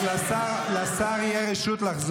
אבל הוא לא אמר את זה, לשר תהיה רשות לחזור.